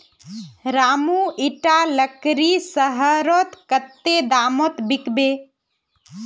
रामू इटा लकड़ी शहरत कत्ते दामोत बिकबे